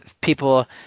people